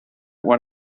what